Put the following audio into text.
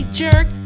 jerk